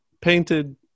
painted